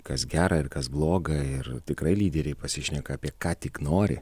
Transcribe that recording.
kas gera ir kas bloga ir tikrai lyderiai pasišneka apie ką tik nori